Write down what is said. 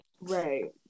Right